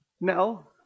No